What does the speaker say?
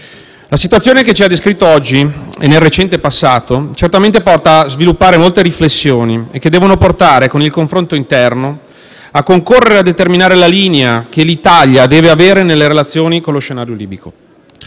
La situazione che ci ha descritto oggi e nel recente passato certamente porta a sviluppare molte riflessioni che devono portare, con il confronto interno, a concorrere a determinare la linea che l'Italia deve avere nelle relazioni con lo scenario libico;